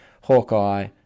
Hawkeye